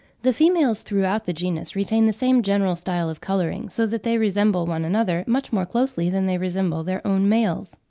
the females throughout the genus retain the same general style of colouring, so that they resemble one another much more closely than they resemble their own males.